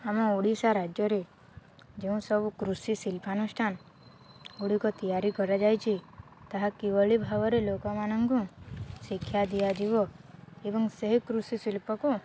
ଆମ ଓଡ଼ିଶା ରାଜ୍ୟରେ ଯେଉଁ ସବୁ କୃଷି ଶିଳ୍ପାନୁଷ୍ଠାନଗୁଡ଼ିକ ତିଆରି କରାଯାଇଛି ତାହା କିଭଳି ଭାବରେ ଲୋକମାନଙ୍କୁ ଶିକ୍ଷା ଦିଆଯିବ ଏବଂ ସେହି କୃଷି ଶିଳ୍ପକୁ